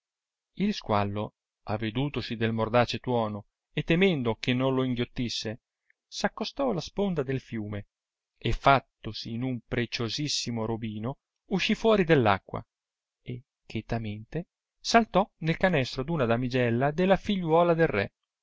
il squallo avedutosi del mordace tuono e temendo che non lo inghiottisse s accostò alla sponda del fiume e fattosi in un preciosissimo robino uscì fuori dell'acqua e chetamente saltò nel canestro d una damigella della figliuola del re